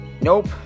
nope